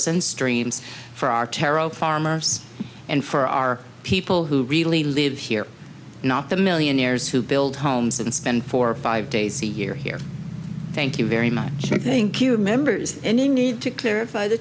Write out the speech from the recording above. streams for our taro farmers and for our people who really live here not the millionaires who build homes and spend four or five days a year here thank you very much i think you members any need to clarify the